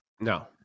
No